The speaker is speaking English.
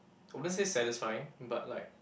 oh let's say satisfying but like